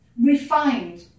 refined